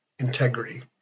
Integrity